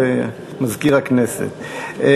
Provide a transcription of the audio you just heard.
מזכיר הכנסת.